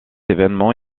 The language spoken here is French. évènement